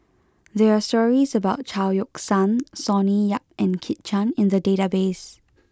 there are stories about Chao Yoke San Sonny Yap and Kit Chan in the database